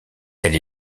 elle